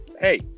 Hey